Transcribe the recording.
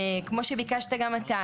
כמו שביקשת גם אתה,